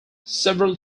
several